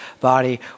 body